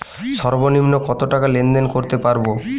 সর্বনিম্ন কত টাকা লেনদেন করতে পারবো?